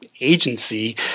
agency –